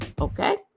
Okay